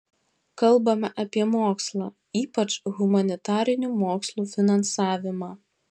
kalbame apie mokslą ypač humanitarinių mokslų finansavimą